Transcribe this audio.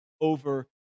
over